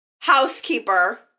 housekeeper